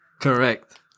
Correct